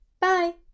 Bye